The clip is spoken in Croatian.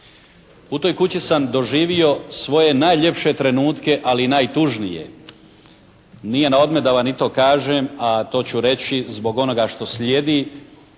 U toj kući sam doživio svoje najljepše trenutke, ali i najtužnije. Nije na odmet da vam i to kažem, a to ću reći zbog onoga što slijedi,